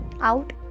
Out